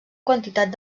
quantitat